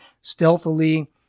stealthily